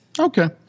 Okay